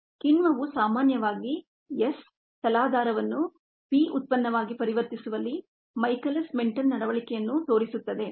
ಕಿಣ್ವವು ಸಾಮಾನ್ಯವಾಗಿ S ತಲಾಧಾರವನ್ನು P ಉತ್ಪನ್ನವಾಗಿ ಪರಿವರ್ತಿಸುವಲ್ಲಿ ಮೈಕೆಲಿಸ್ ಮೆನ್ಟೆನ್ ನಡವಳಿಕೆಯನ್ನು ತೋರಿಸುತ್ತದೆ